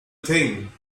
thing